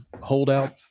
holdout